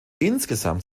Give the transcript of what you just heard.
insgesamt